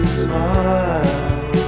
smile